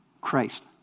Christ